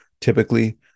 typically